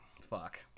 fuck